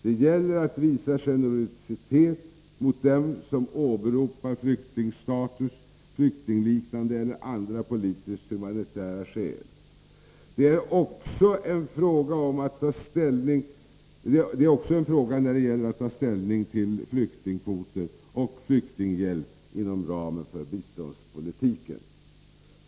Det gäller att visa generositet mot dem som åberopar flyktingstatus, flyktingliknande eller andra politiska eller humanitära skäl. Detsamma gäller också då det är fråga om att ta ställning till flyktingkvoter och flyktinghjälp inom ramen för biståndspolitiken.